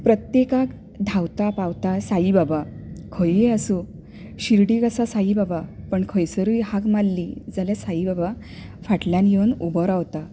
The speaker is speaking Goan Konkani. प्रत्येकाक धांवता पावता साईबाबा खंयूय आसूं शिर्डीक आसा साईबाबा पण खंयसरूय हाक मारल्ली जाल्यार साईबाबा फाटल्यान येवन उबो रावता